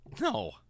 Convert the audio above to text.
No